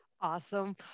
awesome